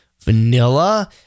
vanilla